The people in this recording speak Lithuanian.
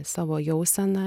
savo jauseną